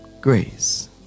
Grace